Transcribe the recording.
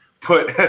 put